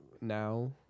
now